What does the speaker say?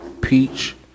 peach